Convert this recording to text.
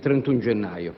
31 gennaio.